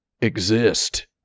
exist